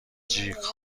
جیغ